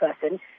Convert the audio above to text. person